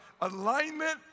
alignment